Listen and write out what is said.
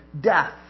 death